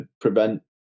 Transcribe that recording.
prevent